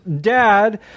dad